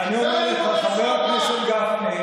עוד 450 כבר השבוע.